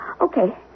okay